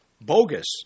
bogus